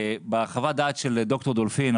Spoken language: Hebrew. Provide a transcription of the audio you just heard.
בחוות הדעת של דוקטור דולפין,